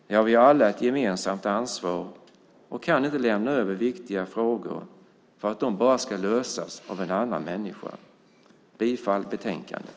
Vi har alla ett gemensamt ansvar och kan inte lämna över viktiga frågor för att de bara ska lösas av en annan människa. Jag yrkar bifall till förslaget i betänkandet.